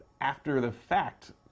after-the-fact